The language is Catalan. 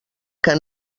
que